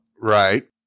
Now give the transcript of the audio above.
Right